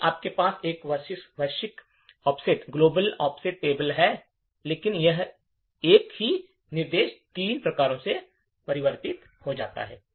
यदि आपके पास एक वैश्विक ऑफ़सेट टेबल है लेकिन एक ही निर्देश तीन प्रकारों में परिवर्तित हो जाता है